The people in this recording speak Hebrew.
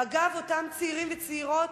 אגב, אותם צעירים וצעירות,